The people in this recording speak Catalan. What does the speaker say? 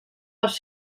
dels